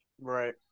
Right